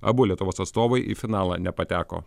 abu lietuvos atstovai į finalą nepateko